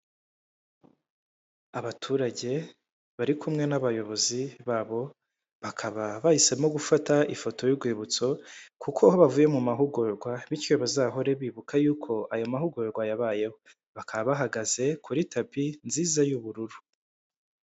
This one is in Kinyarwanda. Abaturage bari kumwe n'abayobozi babo bakaba bahisemo gufata ifoto y'urwibutso, kuko bavuye mu mahugurwa bityo bazahore bibuka yuko ayo mahugurwa yabayeho. Bakaba bahagaze kuri tapi nziza y'ubururu.